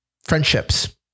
friendships